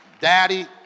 daddy